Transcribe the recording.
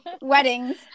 weddings